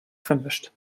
vermischt